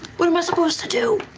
what am i supposed to do?